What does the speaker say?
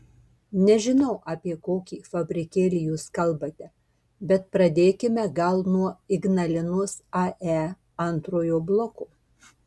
nežinau apie kokį fabrikėlį jūs kalbate bet pradėkime gal nuo ignalinos ae antrojo bloko